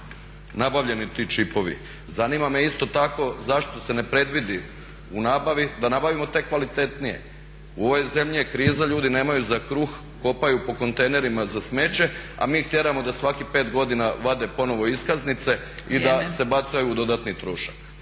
nabavljeni ti čipovi zanima me isto tako zašto se ne predvidi u nabavi da nabavimo te kvalitetnije? U ovoj zemlji je kriza, ljudi nemaju za kruh, kopaju po kontejnerima za smeće a mi ih tjeramo da svakih 5 godina vade ponovno iskaznice i da se bacaju u dodatni trošak.